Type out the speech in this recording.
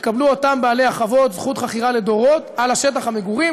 יקבלו אותם בעלי החוות זכות חכירה לדורות על השטח למגורים.